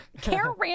Karen